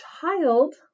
child